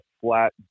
flat